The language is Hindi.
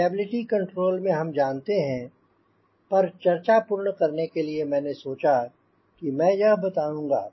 स्टेबिलिटी कंट्रोल में हम जानते हैं पर चर्चा को पूर्ण करने के लिए मैंने सोचा मैं यह बताऊंँगा